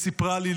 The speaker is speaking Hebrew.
היא סיפרה לי,